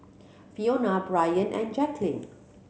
Fiona Bryant and Jacquline